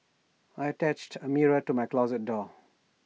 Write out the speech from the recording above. I attached A mirror to my closet door